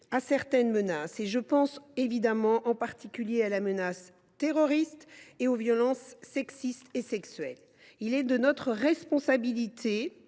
à certaines menaces – je pense en particulier à la menace terroriste et aux violences sexistes et sexuelles. Il est de notre responsabilité